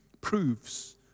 proves